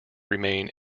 remain